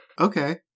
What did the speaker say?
Okay